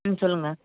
ம் சொல்லுங்கள்